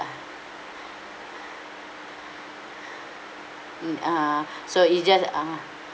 mm uh so it's just uh